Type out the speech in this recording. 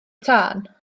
tân